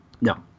No